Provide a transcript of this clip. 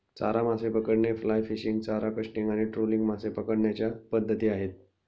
चारा मासे पकडणे, फ्लाय फिशिंग, चारा कास्टिंग आणि ट्रोलिंग मासे पकडण्याच्या पद्धती आहेत